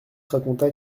raconta